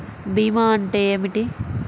భీమా అంటే ఏమిటి?